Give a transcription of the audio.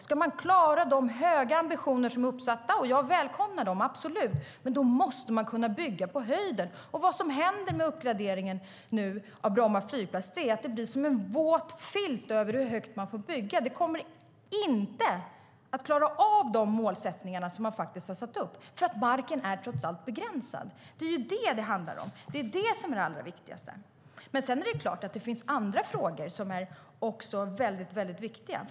Ska man klara de höga ambitionerna, och jag välkomnar dem, absolut, måste man kunna bygga på höjden. Vad som händer med uppgraderingen av Bromma flygplats är att det läggs en våt vilt över möjligheterna att bygga högt. Man kommer inte att klara av de mål som man har satt upp därför att marken trots allt är begränsad. Det är detta det handlar om; det är det som är det allra viktigaste. Det finns även andra frågor som är viktiga här.